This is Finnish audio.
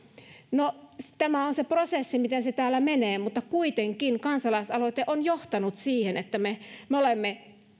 no tämä on se prosessi miten se täällä menee mutta kuitenkin kansalaisaloite on johtanut siihen että me me olemme